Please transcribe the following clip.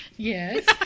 Yes